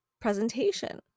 presentation